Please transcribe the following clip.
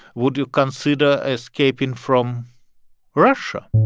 would you consider escaping from russia?